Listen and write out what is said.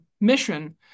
mission